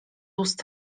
ust